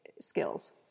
skills